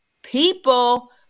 People